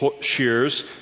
shears